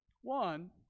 One